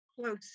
close